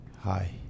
hi